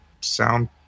sound